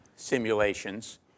simulations